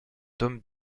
tom